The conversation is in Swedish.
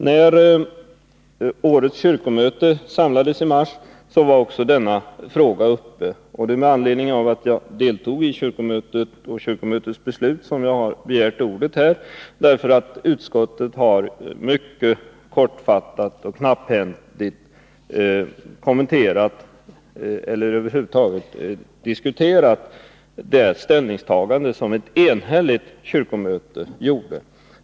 När årets kyrkomöte samlades i mars var också denna fråga uppe, och det är med anledning av att jag deltog i kyrkomötet och dess beslut jag har begärt ordet här. Utskottet har nämligen mycket kortfattat och knapphändigt kommenterat eller över huvud taget tagit upp det ställningstagande till diskussion som ett enhälligt kyrkomöte gjorde.